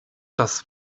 czas